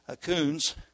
coons